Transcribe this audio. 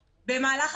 ארז, יש בעיה במה שהוא